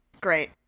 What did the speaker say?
Great